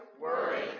Worry